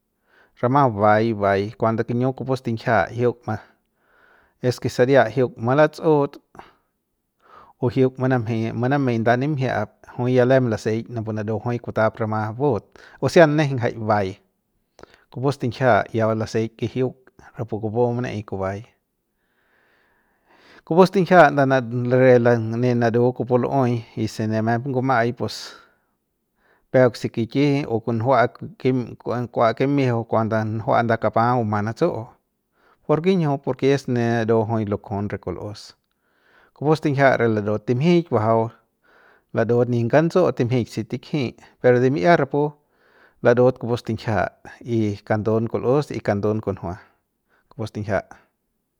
Rama bai bai kuando kiñiu kupu stinjia jiuk ma eske saria jiuk malatsu'ut o jiuk manamjei manamei nda nimjiap jui ya lem laseik napu naru jui kutap rama bu't ósea nejeiñ njaik bai kupu stinkjia ya laseik ke jiuk rapu kupu manaei kubai kupu stinjia nda ndr ndr ne naru kupu lu'uei y si ne mep nguma'ai pus peuk se kiki o kunjua'a ku ki kua kimijiu kuanda njua'a nda kapa buma natsu'u ¿por kinjiu? Porke es ne naru jui lukjun re kul'us kupu stinjia re larut timjik bajaut larut nip kantsu'ut y timjik si tikji'i pero de mi'iat rapu larut kupu stinkjia y kandun kul'us y kandun kunjua kupu stinjia.